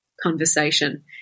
conversation